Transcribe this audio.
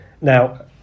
Now